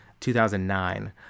2009